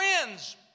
friends